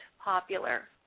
popular